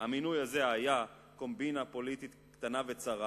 המינוי הזה היה קומבינה פוליטית קטנה וצרה,